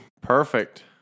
Perfect